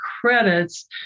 credits